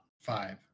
five